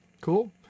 Cool